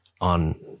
on